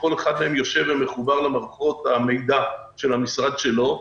שכל אחד מהם מחובר למערכות המידע של המשרד שלו,